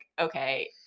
okay